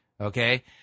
okay